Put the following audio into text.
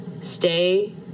stay